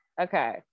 okay